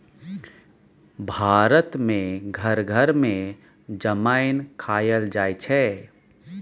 भारत मे घर घर मे जमैन खाएल जाइ छै